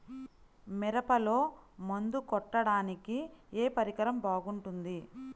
మిరపలో మందు కొట్టాడానికి ఏ పరికరం బాగుంటుంది?